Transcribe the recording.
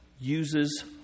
uses